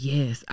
Yes